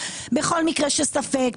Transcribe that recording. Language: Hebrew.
בכל מקרה של ספק,